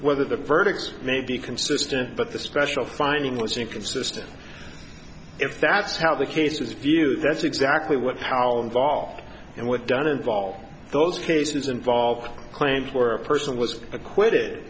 whether the verdicts may be consistent but the special finding was inconsistent if that's how the case was view that's exactly what how involved and what done involved those cases involve claims were a person was acquitted